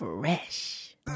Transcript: Fresh